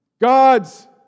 God's